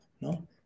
no